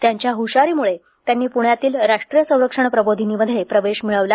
त्यांच्या हशारीमुळे त्यांनी प्ण्यातीस राष्ट्रीय संरक्षण प्रबोधिनी अर्थात एनडीए मध्ये प्रवेश मिळवला